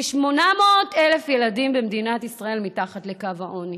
כ-800,000 ילדים במדינת ישראל מתחת לקו העוני.